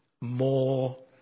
more